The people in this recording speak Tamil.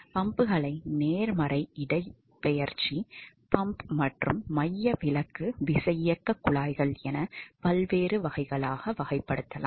பம்புகளை நேர்மறை இடப்பெயர்ச்சி பம்ப் மற்றும் மையவிலக்கு விசையியக்கக் குழாய்கள் என பல்வேறு வகைகளாக வகைப்படுத்தலாம்